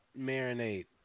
marinate